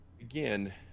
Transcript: Again